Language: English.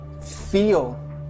feel